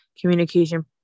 communication